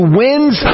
wins